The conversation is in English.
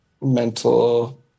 mental